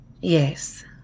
Yes